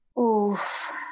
Oof